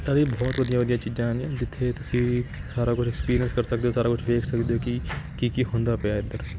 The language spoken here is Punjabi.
ਇਹ ਤਾਂ ਜੀ ਬਹੁਤ ਵਧੀਆ ਵਧੀਆ ਚੀਜ਼ਾਂ ਹੈਗੀਆਂ ਜਿੱਥੇ ਤੁਸੀਂ ਸਾਰਾ ਕੁਛ ਐਕਸਪੀਰੀਐਂਸ ਕਰ ਸਕਦੇ ਹੋ ਸਾਰਾ ਕੁਛ ਵੇਖ ਸਕਦੇ ਕਿ ਕੀ ਕੀ ਹੁੰਦਾ ਪਿਆ ਇੱਧਰ